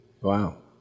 Wow